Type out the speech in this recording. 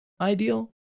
ideal